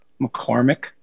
McCormick